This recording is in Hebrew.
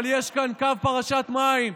אבל יש כאן קו פרשת מים,